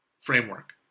framework